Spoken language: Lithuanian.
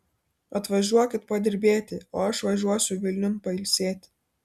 atvažiuokit padirbėti o aš važiuosiu vilniun pailsėti